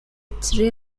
tre